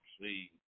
see